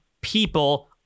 people